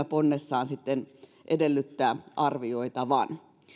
ponnessaan kyllä edellyttää arvioitavan